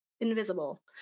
invisible